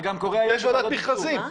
יש ועדת מכרזים.